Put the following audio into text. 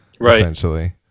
essentially